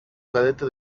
cadete